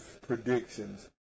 predictions